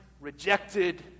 rejected